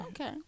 okay